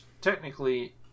technically